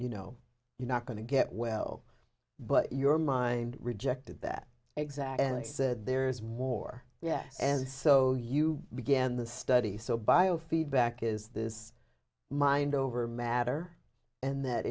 you know you're not going to get well but your mind rejected that exact and said there is more yes and so you begin the study so biofeedback is this mind over matter and that